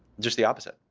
just the opposite.